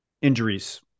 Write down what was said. injuries